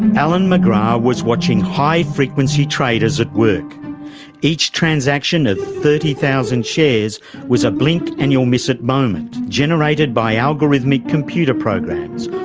alan mcgrath was watching high-frequency traders at work. each transaction of thirty thousand shares was a blink and you'll miss it moment, generated by algorithmic computer programs,